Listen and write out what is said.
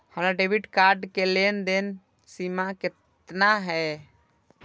हमार debit card के लेन देन के सीमा केतना ये?